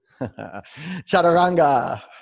chaturanga